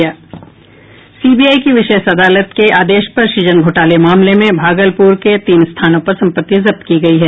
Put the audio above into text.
CBI की विशेष अदालत के आदेश पर सृजन घोटाले मामले में भागलपुर के तीन स्थानों पर संपत्ति जब्त की गई है